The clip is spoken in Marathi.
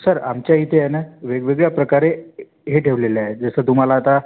सर आमच्या इथे आहे ना वेगवेगळ्या प्रकारे हे ठेवलेले आहे जसं तुम्हाला आता